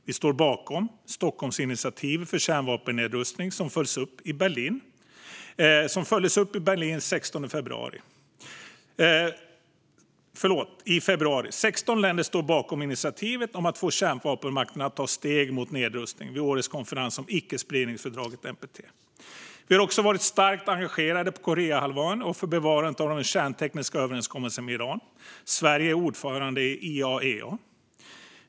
Vi står bakom Stockholmsinitiativet för kärnvapennedrustning, som följdes upp i Berlin i februari. Det är 16 länder som står bakom initiativet om att få kärnvapenmakterna att ta steg mot nedrustning vid årets konferens om icke-spridningsfördraget, NPT. Vi har också varit starkt engagerade på Koreahalvön och för bevarandet av den kärntekniska överenskommelsen med Iran. Sverige är ordförande i IAEA.